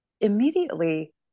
immediately